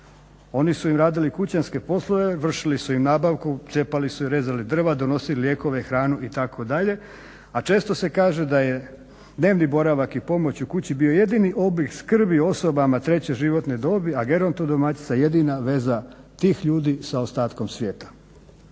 Oni su im radili kućanske poslove, vršili su im nabavku, cijepali su i rezali drva, donosili lijekove, hranu itd. a često se kaže da je dnevni boravak i pomoć u kući bio jedini oblik skrbi osobama treće životne dobiti, a gerontodomaćice jedina veza tih ljudi sa ostatkom svijeta.